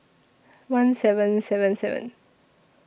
one seven seven seven